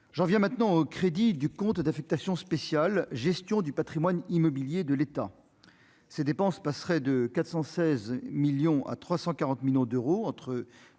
j'en viens maintenant au crédit du compte d'affectation spéciale Gestion du Patrimoine immobilier de l'État, ces dépenses passerait de 416 millions à 340 millions d'euros